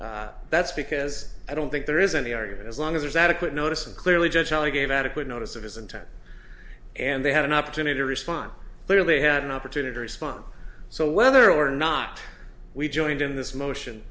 plaintiffs that's because i don't think there is any argument as long as there's adequate notice and clearly judge i gave adequate notice of his intent and they had an opportunity to respond clearly had an opportunity respond so whether or not we joined in this motion